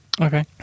Okay